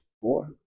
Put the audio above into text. four